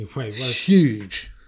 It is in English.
Huge